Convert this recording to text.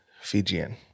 Fijian